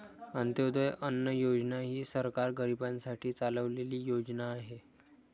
अंत्योदय अन्न योजना ही सरकार गरीबांसाठी चालवलेली योजना आहे